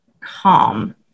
calm